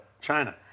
China